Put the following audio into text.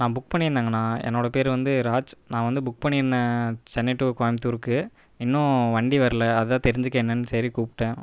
நான் புக் பண்ணியிருந்தேங்கண்ணா என்னோடய பேரு வந்து ராஜ் நான் வந்து புக் பண்ணியிருந்தேன் சென்னை டு கோயம்புத்தூருக்கு இன்னும் வண்டி வரல அதுதான் தெரிஞ்சிக்க என்னென்னு சரின்னு கூப்பிட்டேன்